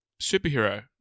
superhero